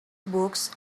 books